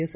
S